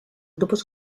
grupos